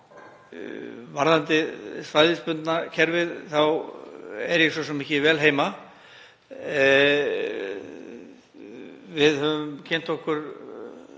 Varðandi svæðisbundna kerfið er ég svo sem ekki vel heima. Við höfum kynnt okkur